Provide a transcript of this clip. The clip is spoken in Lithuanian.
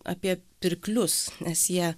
apie pirklius nes jie